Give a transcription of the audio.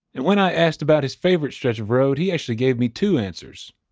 and when i asked about his favorite stretch of road, he actually gave me two answers.